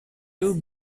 tous